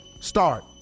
Start